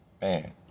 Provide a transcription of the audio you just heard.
Man